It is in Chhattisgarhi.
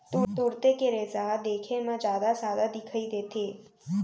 तुरते के रेसा ह देखे म जादा सादा दिखई देथे